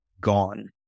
gone